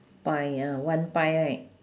pie ah one pie right